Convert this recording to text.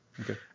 okay